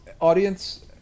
audience